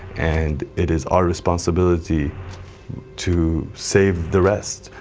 and it is our responsibility to save the rest.